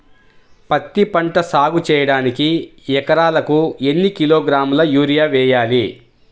పత్తిపంట సాగు చేయడానికి ఎకరాలకు ఎన్ని కిలోగ్రాముల యూరియా వేయాలి?